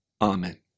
Amen